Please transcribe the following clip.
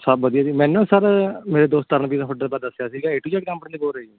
ਸਭ ਵਧੀਆ ਜੀ ਮੈਨੂੰ ਸਰ ਮੇਰੇ ਦੋਸਤ ਤਰਨਵੀਰ ਨੇ ਤੁਹਾਡੇ ਬਾਰੇ ਦੱਸਿਆ ਸੀਗਾ ਏ ਟੂ ਯੈਡ ਕੰਪਨੀ ਤੋਂ ਬੋਲ ਰਹੇ ਜੀ